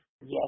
Yes